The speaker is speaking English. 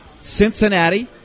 Cincinnati